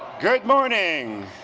good morning